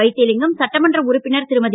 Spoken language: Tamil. வைத்திலிங்கம் சட்டமன்ற உறுப்பினர் திருமதி